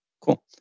cool